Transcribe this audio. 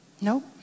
Nope